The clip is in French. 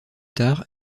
tard